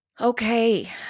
Okay